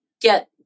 get